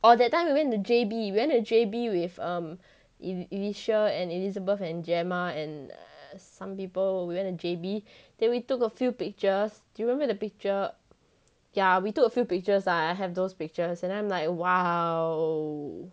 or that time we went to J_B we went to J_B with um e~ elicia and elizabeth and gemma and err some people we went to J_B then we took a few pictures do you remember the picture yeah we took a few pictures yeah I have those pictures and I'm like !wow!